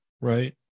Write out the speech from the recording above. Right